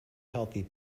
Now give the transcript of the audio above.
healthy